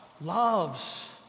loves